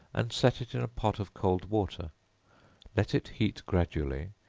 and set it in a pot of cold water let it heat gradually,